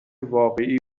واقعی